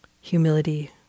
humility